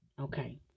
Okay